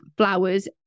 flowers